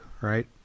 right